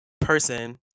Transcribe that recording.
person